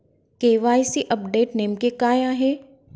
KYC update नेमके काय आहे?